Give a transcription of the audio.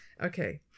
Okay